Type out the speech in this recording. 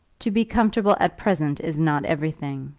to be comfortable at present is not everything,